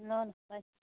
ल ल बाई